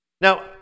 Now